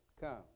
come